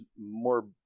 more